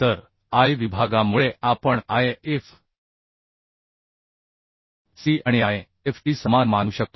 तर I विभागामुळे आपण I f c आणि I f t समान मानू शकतो